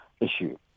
issue